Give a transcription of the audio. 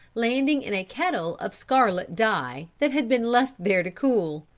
landing in a kettle of scarlet dye, that had been left there to cool.